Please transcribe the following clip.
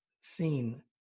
seen